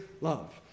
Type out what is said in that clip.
love